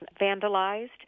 vandalized